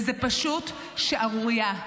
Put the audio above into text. וזאת פשוט שערורייה.